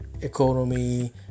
economy